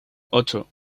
ocho